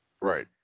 Right